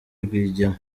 rwigema